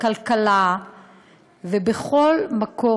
בכלכלה ובכל מקום.